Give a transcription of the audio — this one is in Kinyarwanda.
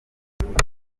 ikintu